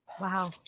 Wow